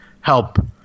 help